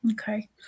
Okay